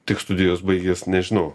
tik studijas baigęs nežinau